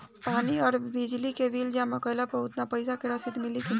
पानी आउरबिजली के बिल जमा कईला पर उतना पईसा के रसिद मिली की न?